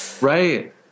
Right